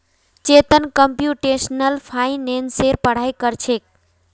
Chetan computational फाइनेंसेर पढ़ाई कर छेक